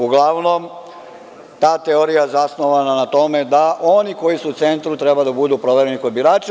Uglavnom, ta teorija je zasnovana na tome da oni koji su u centru treba da budu provereni kod birača.